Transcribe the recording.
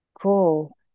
cool